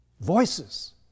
Voices